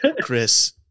Chris